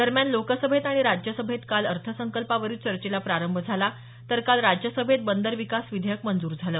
दरम्यान लोकसभेत आणि राज्यसभेत काल अर्थसंकल्पावरील चर्चेला प्रारंभ झाला तर काल राज्यसभेत बंदर विकास विधेयक मंजूर झालं